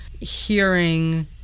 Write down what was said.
hearing